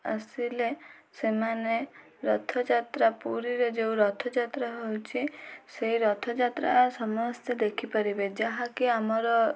ଆସିଲେ ସେମାନେ ରଥଯାତ୍ରା ପୁରୀରେ ଯେଉଁ ରଥଯାତ୍ରା ହେଉଛି ସେଇ ରଥଯାତ୍ରା ସମସ୍ତେ ଦେଖିପାରିବେ ଯାହାକି ଆମର